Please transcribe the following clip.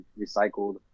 recycled